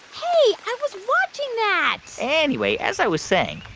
i i was watching that anyway, as i was saying,